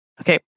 Okay